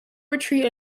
retreat